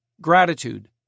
Gratitude